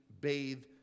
bathe